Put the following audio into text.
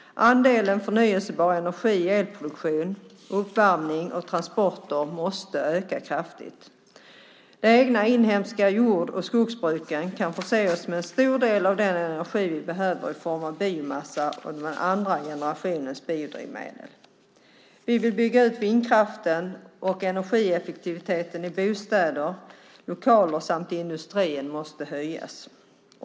Andelen förnybar energi i elproduktion, uppvärmning och transporter måste öka kraftigt. De egna inhemska jord och skogsbruken kan förse oss med en stor del av den energi vi behöver i form av biomassa och den andra generationens biodrivmedel. Vi vill bygga ut vindkraften, och energieffektiviteten i bostäder, lokaler samt i industrin måste höjas.